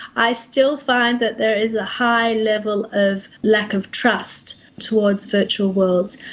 i still find that there is a high level of lack of trust towards virtual worlds.